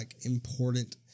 important